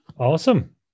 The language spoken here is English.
Awesome